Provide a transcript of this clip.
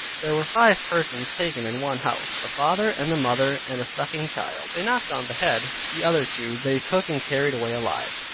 there were five persons taken in one house the father, and the mother and a sucking child, they knocked on the head the other two they took and carried away alive.